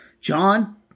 John